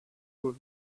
ball